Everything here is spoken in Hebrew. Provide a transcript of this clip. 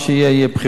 יהיו בחירות,